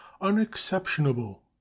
unexceptionable